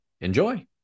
enjoy